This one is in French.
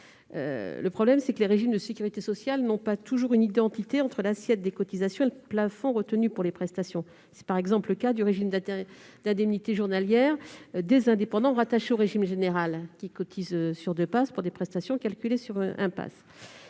Le problème, c'est que les régimes de sécurité sociale n'ont pas toujours une identité entre l'assiette des cotisations et le plafond retenu pour les prestations. C'est le cas, par exemple, du régime d'indemnités journalières des indépendants rattachés au régime général, qui cotisent sur deux plafonds annuels de la